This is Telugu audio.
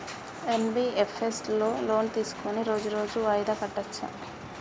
ఎన్.బి.ఎఫ్.ఎస్ లో లోన్ తీస్కొని రోజు రోజు వాయిదా కట్టచ్ఛా?